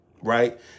right